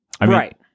Right